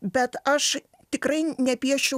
bet aš tikrai nepieščiau